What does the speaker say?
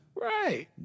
Right